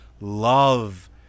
love